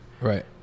Right